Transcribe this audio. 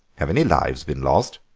have any lives been lost?